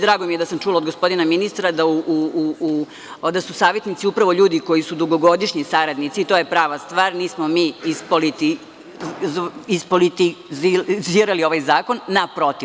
Drago mi je da sam čula od gospodina ministra da su savetnici upravo ljudi koji su dugogodišnji saradnici i to je prava stvar, nismo mi ispolitizirali ovaj zakon, naprotiv.